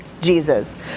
Jesus